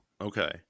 Okay